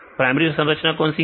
primary संरचना कौन सी है